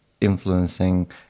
influencing